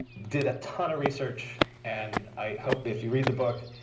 did a ton of research, and i hope if you read the book.